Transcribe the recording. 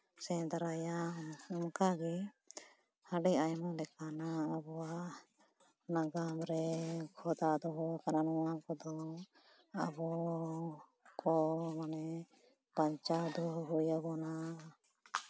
ᱥᱮᱸᱫᱽᱨᱟᱭᱟ ᱚᱱᱠᱟᱜᱮ ᱟᱹᱰᱤ ᱟᱭᱢᱟ ᱞᱮᱠᱟᱱᱟᱜ ᱟᱵᱚᱣᱟᱜ ᱱᱟᱜᱟᱢ ᱨᱮ ᱠᱷᱚᱫᱟ ᱫᱚᱦᱚ ᱠᱟᱱᱟ ᱵᱚᱱ ᱟᱵᱚ ᱫᱚ ᱟᱵᱚ ᱠᱚ ᱢᱟᱱᱮ ᱵᱟᱧᱪᱟᱣ ᱫᱚᱦᱚ ᱦᱩᱭ ᱟᱵᱚᱱᱟ